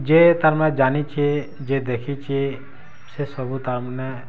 ଯେ ତାର୍ମାନେ ଜାନିଛେ ଯେ ଦେଖିଛେ ସେ ସବୁ ତାର୍ମାନେ